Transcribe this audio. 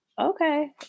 Okay